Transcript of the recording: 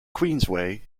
queensway